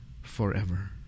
forever